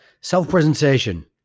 Self-presentation